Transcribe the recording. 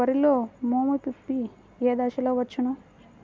వరిలో మోము పిప్పి ఏ దశలో వచ్చును?